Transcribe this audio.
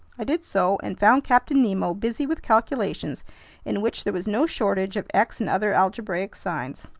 i did so and found captain nemo busy with calculations in which there was no shortage of x and other algebraic signs.